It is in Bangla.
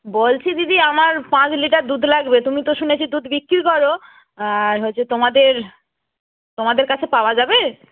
বলছি দিদি আমার পাঁচ লিটার দুধ লাগবে তুমি তো শুনেছি দুধ বিক্রি করো হচ্ছে তোমাদের তোমাদের কাছে পাওয়া যাবে